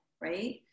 right